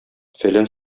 фәлән